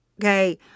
okay